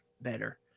better